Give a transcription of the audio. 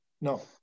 no